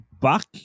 back